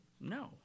no